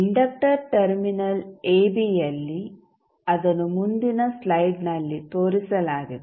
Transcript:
inductor terminal ಎಬಿಯಲ್ಲಿ ಅದನ್ನು ಮುಂದಿನ ಸ್ಲೈಡ್ನಲ್ಲಿ ತೋರಿಸಲಾಗಿದೆ